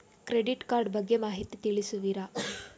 Credit card ಬಗ್ಗೆ ಮಾಹಿತಿ ತಿಳಿಸುವಿರಾ?